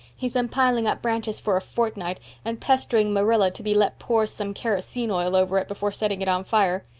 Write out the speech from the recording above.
he's been piling up branches for a fortnight and pestering marilla to be let pour some kerosene oil over it before setting it on fire.